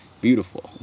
beautiful